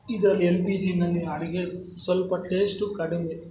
ಇದ್ರಲ್ಲಿ L P ಜಿಯಲ್ಲಿ ಅಡುಗೆ ಸ್ವಲ್ಪ ಟೇಶ್ಟು ಕಡಿಮೆ